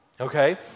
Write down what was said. Okay